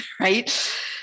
right